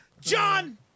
john